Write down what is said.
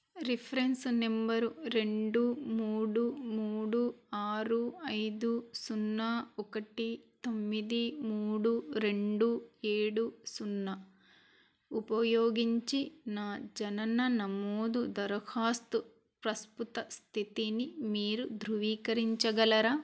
reference number రెండు మూడు మూడు ఆరు ఐదు సున్నా ఒకటి తొమ్మిది మూడు రెండు ఏడు సున్నా ఉపయోగించి నా జనన నమోదు దరఖాస్తు ప్రస్తుత స్థితిని మీరు ధృవీకరించగలరా